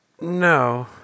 No